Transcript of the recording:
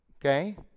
Okay